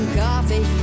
coffee